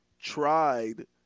tried